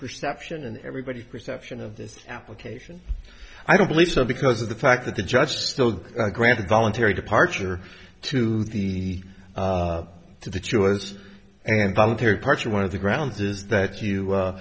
perception and everybody perception of this application i don't believe so because of the fact that the judge still granted voluntary departure to the to the truest and voluntary parts one of the grounds is that you